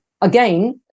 again